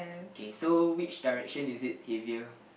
okay so which direction is it heavier